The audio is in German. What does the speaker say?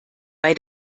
bei